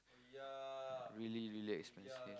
really really expensive